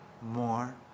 more